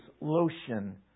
lotion